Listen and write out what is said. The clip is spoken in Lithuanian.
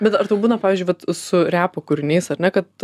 bet ar tu būna pavyzdžiui vat su repo kūriniais ar ne kad